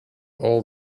all